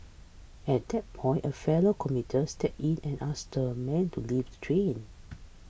at that point a fellow commuter steps in and asks the man to leave the train